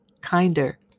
kinder